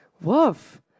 Woof